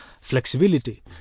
flexibility